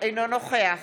אינו נוכח